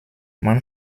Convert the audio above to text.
man